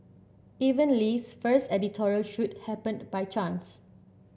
even Lee's first editorial shoot happened by chance